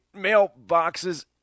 mailboxes